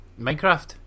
Minecraft